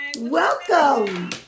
Welcome